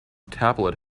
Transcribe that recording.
tablet